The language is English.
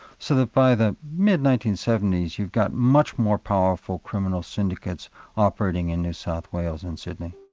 so that by the mid nineteen seventy s, you got much more powerful criminal syndicates operating in new south wales and sydney.